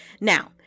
Now